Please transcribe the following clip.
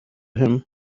him